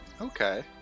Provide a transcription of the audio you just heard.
Okay